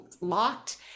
locked